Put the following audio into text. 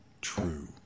true